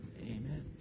amen